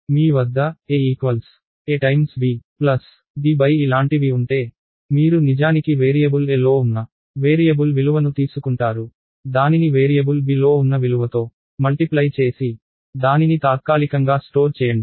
మీ వద్ద a ab de లాంటివి ఉంటే మీరు నిజానికి వేరియబుల్ a లో ఉన్న వేరియబుల్ విలువను తీసుకుంటారు దానిని వేరియబుల్ b లో ఉన్న విలువతో మల్టిప్లై చేసి దానిని తాత్కాలికంగా స్టోర్ చేయండి